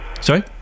sorry